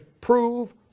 prove